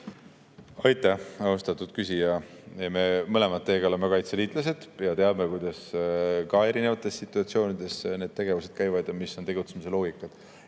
Aitäh, austatud küsija! Me mõlemad teiega oleme kaitseliitlased ja teame, kuidas erinevates situatsioonides need tegevused käivad ja mis on tegutsemisloogikad.